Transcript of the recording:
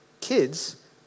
kids